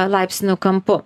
laipsnių kampu